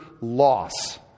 loss